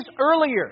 earlier